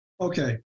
Okay